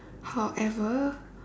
however